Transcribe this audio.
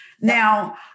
Now